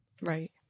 Right